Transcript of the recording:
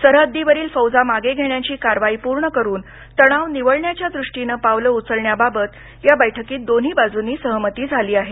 सरह्दीवरील फौजा मागे घेण्याची कारवाई पूर्ण करून तणाव निवळण्याच्या दृष्टीनं पावलं उचलण्याबाबत या बैठकीत दोन्ही बाजूंनी सहमती झाली आहे